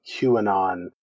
QAnon